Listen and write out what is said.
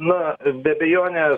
na be abejonės